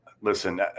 listen